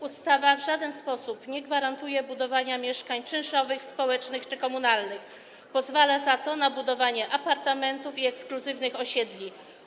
Ustawa w żaden sposób nie gwarantuje budowania mieszkań czynszowych, społecznych czy komunalnych, pozwala za to na budowanie apartamentów i ekskluzywnych osiedli.